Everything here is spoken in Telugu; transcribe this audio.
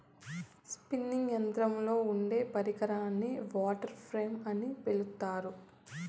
స్పిన్నింగ్ యంత్రంలో ఉండే పరికరాన్ని వాటర్ ఫ్రేమ్ అని పిలుత్తారు